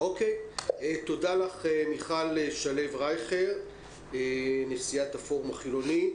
תודה לך מיכל שלו רייכר, נשיאת הפורום החילוני.